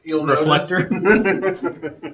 Reflector